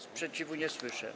Sprzeciwu nie słyszę.